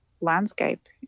landscape